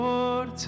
Lord